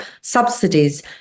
subsidies